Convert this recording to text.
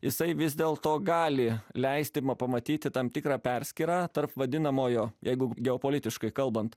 jisai vis dėl to gali leisti pamatyti tam tikrą perskyrą tarp vadinamojo jeigu geopolitiškai kalbant